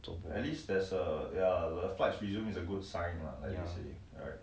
做